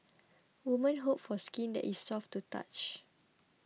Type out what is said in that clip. women hope for skin that is soft to touch